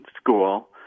school